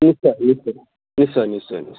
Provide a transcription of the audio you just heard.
নিশ্চয় নিশ্চয় নিশ্চয় নিশ্চয়